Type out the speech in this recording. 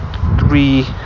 three